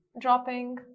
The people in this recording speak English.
dropping